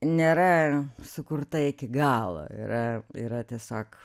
nėra sukurta iki galo yra yra tiesiog